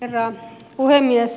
herra puhemies